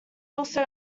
also